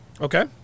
Okay